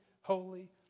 holy